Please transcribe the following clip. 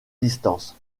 distances